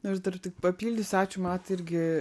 aš dar tik papildysiu ačiū matai irgi